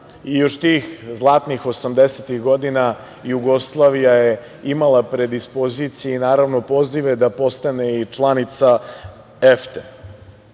Još tih zlatnih 80-tih godina Jugoslavija je imala predispozicije i naravno pozive da postane i članica